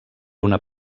una